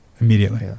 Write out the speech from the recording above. Immediately